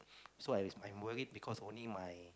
so I I'm worried because only my